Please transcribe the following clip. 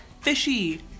fishy